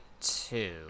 two